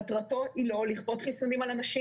מטרתו היא לא לכפות חיסונים על אנשים.